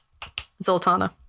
Zoltana